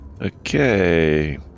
Okay